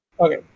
Okay